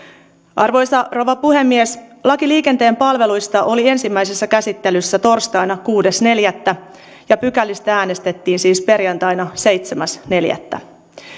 arvoisa rouva puhemies laki liikenteen palveluista oli ensimmäisessä käsittelyssä torstaina kuudes neljättä ja pykälistä äänestettiin siis perjantaina seitsemäs neljättä